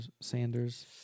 Sanders